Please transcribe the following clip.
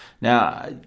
Now